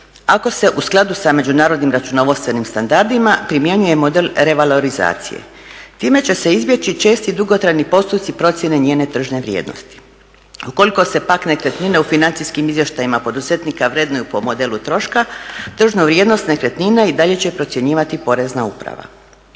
ako se u skladu sa međunarodnim računovodstvenim standardima primjenjuje model revalorizacije. Time će se izbjeći česti dugotrajni postupci procjene njene tržne vrijednosti. Ukoliko se pak nekretnine u financijskim izvještajima poduzetnika vrednuju po modelu troška tržnu vrijednost nekretnine i dalje će procjenjivati Porezna uprava.